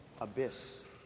abyss